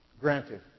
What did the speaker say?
Granted